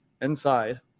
inside